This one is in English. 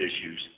issues